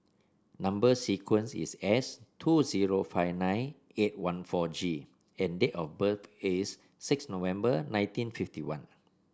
number sequence is S two zero five nine eight one four G and date of birth is six November nineteen fifty one